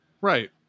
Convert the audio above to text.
Right